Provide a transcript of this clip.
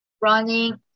running